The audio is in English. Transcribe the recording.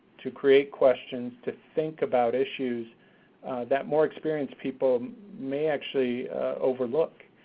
to create questions, to think about issues that more experienced people may actually overlook.